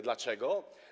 Dlaczego?